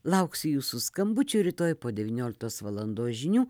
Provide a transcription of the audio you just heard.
lauksiu jūsų skambučio rytoj po devynioliktos valandos žinių